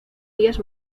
días